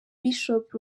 bishop